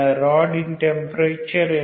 ராடின் temperature என்ன